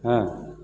हँ